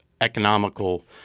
economical